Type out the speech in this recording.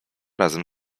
razem